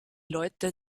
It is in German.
leute